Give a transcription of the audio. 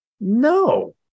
No